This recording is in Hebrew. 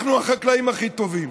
אנחנו החקלאים הכי טובים.